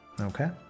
okay